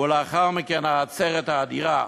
ולאחר מכן בעצרת האדירה.